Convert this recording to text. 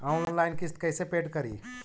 Online किस्त कैसे paid करि?